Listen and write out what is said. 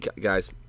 Guys